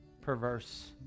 perverse